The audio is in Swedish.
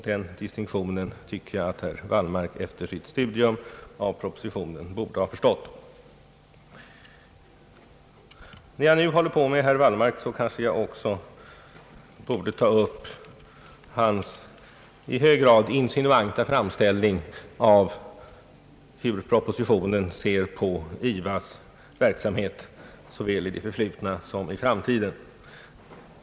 Den distinktionen tycker jag att herr Wallmark efter sitt studium av propositionen borde ha förstått. När jag nu bemöter herr Wallmark kanske jag också borde ta upp hans i hög grad insinuanta framställning av hur propositionen ser på IVA:s verksamhet såväl i det förflutna som för framtiden.